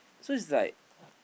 so it's like